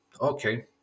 okay